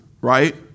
right